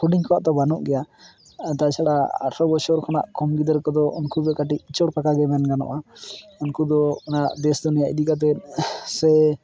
ᱦᱩᱰᱤᱧ ᱠᱚᱣᱟᱜ ᱫᱚ ᱵᱟᱹᱱᱩᱜ ᱜᱮᱭᱟ ᱟᱨ ᱛᱟᱪᱷᱟᱲᱟ ᱟᱴᱷᱮᱨᱚ ᱵᱚᱪᱷᱚᱨ ᱠᱷᱚᱱᱟᱜ ᱠᱚᱢ ᱜᱤᱫᱟᱹᱨ ᱠᱚᱫᱚ ᱩᱱᱠᱩᱫᱚ ᱠᱟᱹᱴᱤᱡ ᱤᱪᱚᱲ ᱯᱟᱠᱟ ᱜᱮ ᱢᱮᱱ ᱜᱟᱱᱚᱜᱼᱟ ᱩᱱᱠᱩ ᱫᱚ ᱚᱱᱟ ᱫᱮᱥ ᱫᱩᱱᱤᱭᱟᱹ ᱤᱫᱤ ᱠᱟᱛᱮᱫ ᱥᱮ